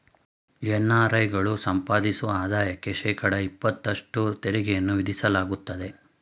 NRI ಗಳು ಸಂಪಾದಿಸುವ ಆದಾಯಕ್ಕೆ ಶೇಕಡ ಇಪತ್ತಷ್ಟು ತೆರಿಗೆಯನ್ನು ವಿಧಿಸಲಾಗುತ್ತದೆ